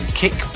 kick